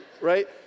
Right